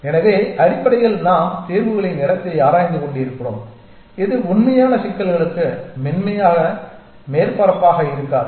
எனவே அடிப்படையில் நாம் தீர்வுகளின் இடத்தை ஆராய்ந்து கொண்டிருக்கிறோம் இது உண்மையான சிக்கல்களுக்கு மென்மையான மேற்பரப்பாக இருக்காது